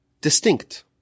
distinct